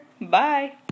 Bye